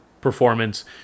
performance